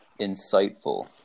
insightful